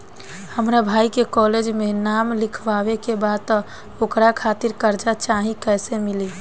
हमरा भाई के कॉलेज मे नाम लिखावे के बा त ओकरा खातिर कर्जा चाही कैसे मिली?